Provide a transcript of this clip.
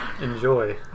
Enjoy